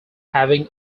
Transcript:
having